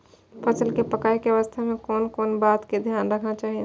फसल के पाकैय के अवस्था में कोन कोन बात के ध्यान रखना चाही?